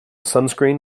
sunscreen